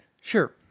sure